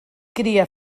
cria